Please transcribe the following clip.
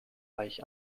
reich